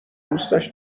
دوستش